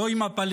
לא עם הפלשתינים,